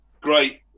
great